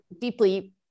deeply